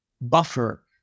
buffer